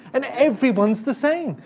and everyone's the same!